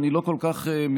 שאני לא כל כך מבין,